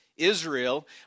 Israel